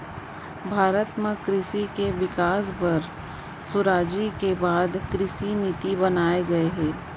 भारत म कृसि के बिकास बर सुराजी के बाद कृसि नीति बनाए गये हे